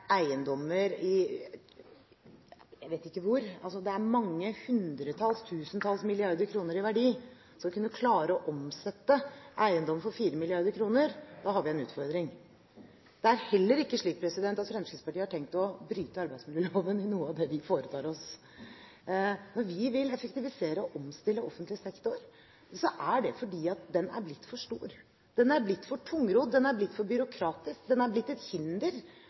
eiendommer til en verdi av mange hundretalls eller tusentalls milliarder kroner skal kunne klare å omsette eiendommer for 4 mrd. kr, har vi en utfordring. Det er heller ikke slik at Fremskrittspartiet har tenkt å bryte arbeidsmiljøloven med noe av det vi foretar oss. Når vi vil effektivisere og omstille offentlig sektor, er det fordi den er blitt for stor, den er blitt for tungrodd, den er blitt for byråkratisk, den er blitt et